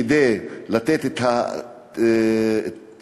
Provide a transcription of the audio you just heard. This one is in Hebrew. כדי לתת את התקנים,